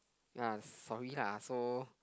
ya sorry lah so